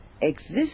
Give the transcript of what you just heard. exists